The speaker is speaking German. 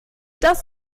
das